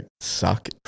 suck